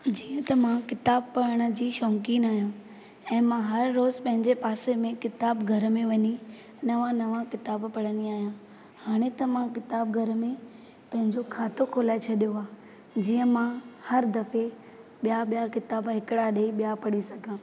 जीअं त मां किताब पढ़ण जी शौक़ीन आहियां ऐं मां हर रोज़ु पंहिंजे पासे में किताब घर में वञी नवां नवां किताब पढ़ंदी आहियां हाणे त मां किताब घर में पंहिंजो खातो खोलाए छॾियो आहे जीअं मां हर दफ़े ॿिया ॿिया किताब हिकिड़ा ॾेई ॿिया पढ़ी सघां